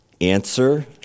answer